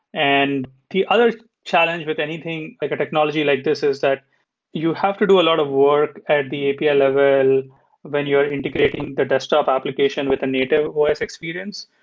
and the other challenge with anything, like a technology like this is that you have to do a lot of work at the api level when you're integrating the desktop application with a native os experience.